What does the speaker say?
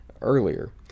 earlier